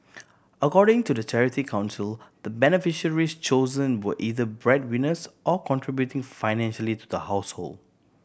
according to the Charity Council the beneficiaries chosen were either bread winners or contributing financially to the household